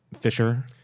Fisher